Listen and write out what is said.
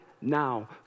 now